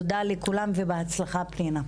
תודה לכולם, ובהצלחה, פנינה.